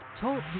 Talk